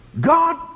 God